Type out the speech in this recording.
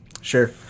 Sure